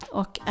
och